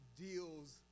deals